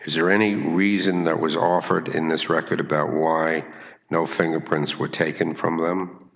is there any reason there was offered in this record about why no fingerprints were taken from